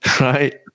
right